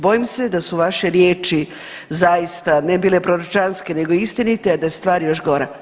Bojim se da su vaše riječi zaista, ne bile proročanske nego istinite, a da je stvar još gora.